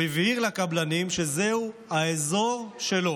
הוא הבהיר לקבלנים שזהו האזור שלו,